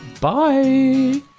Bye